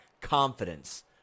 confidence